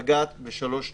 לגעת בשלוש נקודות: